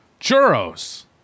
churros